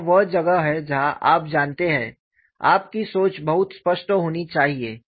यह वह जगह है जहाँ आप जानते हैं आपकी सोच बहुत स्पष्ट होनी चाहिए